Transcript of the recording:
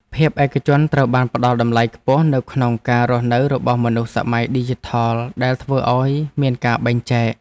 ភាពឯកជនត្រូវបានផ្ដល់តម្លៃខ្ពស់នៅក្នុងការរស់នៅរបស់មនុស្សសម័យឌីជីថលដែលធ្វើឱ្យមានការបែងចែក។